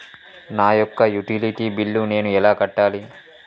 నా యొక్క utility bill నేను ఎలా కట్టాలి?